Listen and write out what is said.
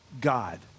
God